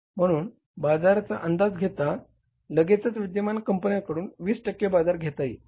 म्हणून बाजारचा अंदाज घेता की लगेचच विद्यमान कंपन्यांकडून 20 टक्के बाजार घेता येईल